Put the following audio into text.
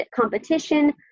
competition